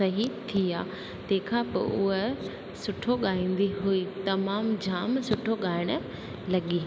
रही थी आहे तंहिंखां पोइ उहा सुठो गाईंदी हुई तमामु जाम सुठो ॻाइणु लॻी